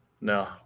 no